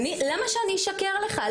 למה שאני אשקר לך?